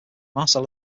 marcel